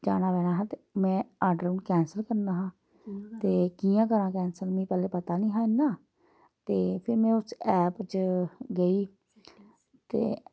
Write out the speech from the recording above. जाना पौना हा ते में आर्डर हून कैंसल करना हा ते कि'यां करां कैंसल मिगी पैह्लें पता निहा इ'न्ना ते फ्ही में उस ऐप च गेई ते